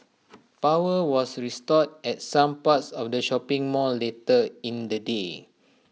power was restored at some parts of the shopping mall later in the day